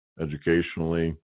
educationally